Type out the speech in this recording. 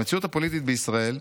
"המציאות הפוליטית בישראל,